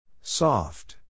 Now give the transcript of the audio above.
Soft